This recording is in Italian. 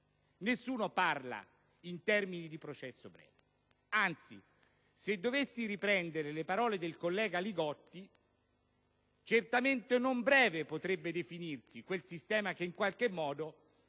Nessuno parla in termini di processo breve; anzi, se dovessi riprendere le parole del collega Li Gotti, certamente non breve potrebbe definirsi quel sistema che faticosamente,